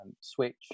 switch